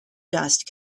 dust